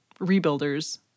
rebuilders